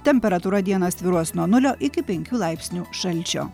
temperatūra dieną svyruos nuo nulio iki penkių laipsnių šalčio